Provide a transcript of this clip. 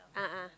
a'ah